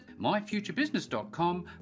myfuturebusiness.com